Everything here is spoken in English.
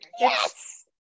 yes